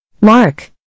Mark